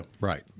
right